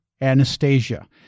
Anastasia